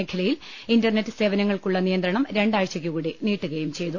മേഖലയിൽ ഇന്റർനെറ്റ് സേവനങ്ങൾക്കുള്ള നിയന്ത്രണം രണ്ടാഴ്ചയ്ക്ക്കൂടി നീട്ടുകയും ചെയ്തു